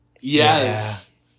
Yes